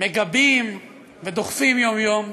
מגבים ודוחפים יום-יום,